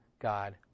God